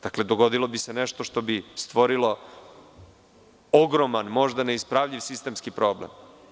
Dakle, dogodilo bi se nešto što bi stvorilo ogroman, možda neispravljiv sistemski problem.